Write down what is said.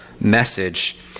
message